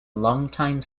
longtime